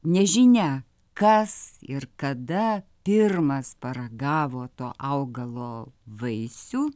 nežinia kas ir kada pirmas paragavo to augalo vaisių